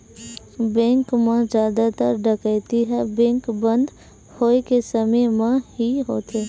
bank म जादातर डकैती ह बेंक बंद होए के समे म ही होथे